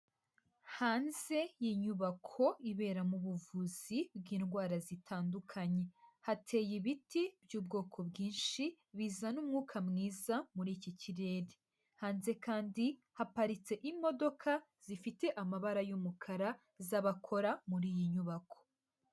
Hanze y'inyubako iberamo ubuvuzi bw'indwara zitandukanye. Hateye ibiti by'ubwoko bwinshi bizana umwuka mwiza muri iki kirere. Hanze kandi haparitse imodoka zifite amabara y'umukara z'abakora muri iyi nyubako.